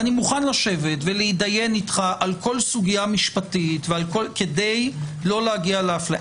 אני מוכן לשבת ולהידיין איתך על כל סוגיה משפטית כדי לא להגיע לאפליה.